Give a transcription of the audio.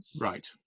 right